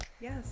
yes